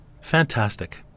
Fantastic